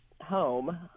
home